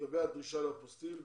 לגבי הדרישה לאפוסטיל,